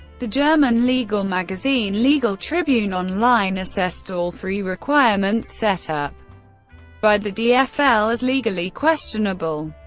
the german legal magazine legal tribune online assessed all three requirements set up by the dfl as legally questionable.